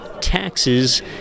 taxes